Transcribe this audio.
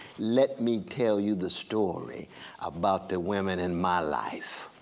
let me tell you the story about the women in my life.